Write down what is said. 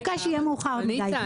שיהיה מאוחר מדיי.